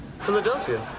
Philadelphia